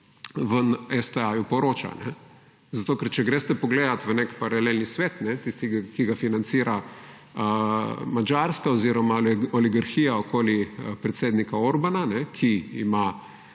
v STA poroča. Zato, ker če greste pogledat v nek paralelni svet, tisti, ki ga financira Madžarska oziroma oligarhija okoli predsednika Orbana, ki ima,